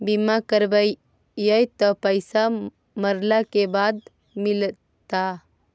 बिमा करैबैय त पैसा मरला के बाद मिलता?